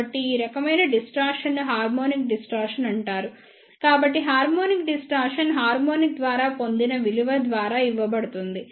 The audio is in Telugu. కాబట్టి ఈ రకమైన డిస్టార్షన్ ను హార్మోనిక్ డిస్టార్షన్ అంటారు కాబట్టి హార్మోనిక్ డిస్టార్షన్ హార్మోనిక్స్ ద్వారా పొందిన విలువ ద్వారా ఇవ్వబడుతుంది